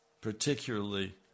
particularly